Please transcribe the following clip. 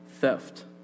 theft